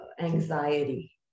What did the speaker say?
anxiety